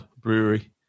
Brewery